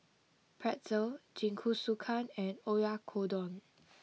Pretzel Jingisukan and Oyakodon